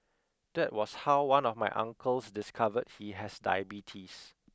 that was how one of my uncles discovered he has diabetes